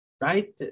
Right